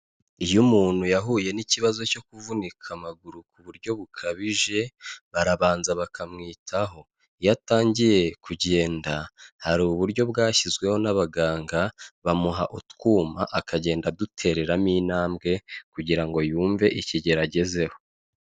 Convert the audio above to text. Iyo umuntu yahuye n'ikibazo cyo kuvunika amaguru ku buryo bukabije, barabanza bakamwitaho, iyo atangiye kugenda hari uburyo bwashyizweho n'abaganga bamuha utwuma akagenda adutereramo intambwe kugira ngo yumve ikigero agezeho.